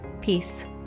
Peace